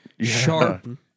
sharp